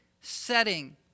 setting